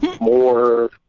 more